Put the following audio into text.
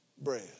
bread